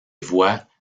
voies